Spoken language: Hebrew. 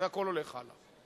והכול הולך הלאה.